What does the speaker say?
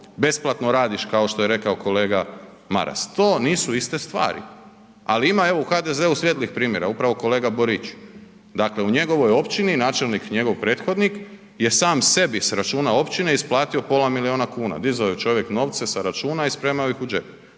besplatno radiš kao što je rekao kolega Maras, to nisu iste stvari. Ali ima evo u HDZ-u svijetlih primjera, upravo kolega Borić, dakle u njegovoj općini, načelnik, njegov prethodnik je sam sebi s računa općine isplatio pola milijuna kuna, dizao je čovjek novce sa računa i spremao ih u džep